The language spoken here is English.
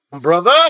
brother